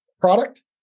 product